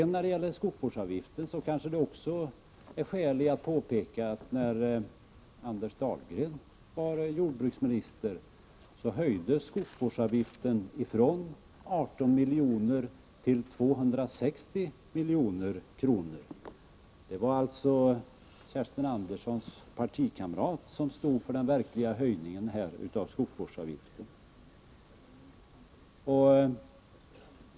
När det gäller skogsvårdsavgiften finns det kanske skäl i att framhålla, att när Anders Dahlgren var jordbruksminister, höjdes skogsvårdsavgiften från 18 milj.kr. till 260 milj.kr. Det var alltså Kerstin Anderssons partikamrat som stod för den stora höjningen av skogsvårdsavgiften.